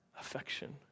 affection